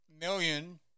million